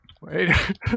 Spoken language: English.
wait